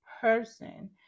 person